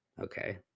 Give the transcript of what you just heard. okay